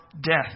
death